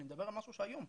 אני מדבר על משהו שהיום,